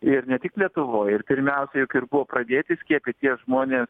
ir ne tik lietuvoj ir pirmiausia juk ir buvo pradėti skiepyt tie žmonės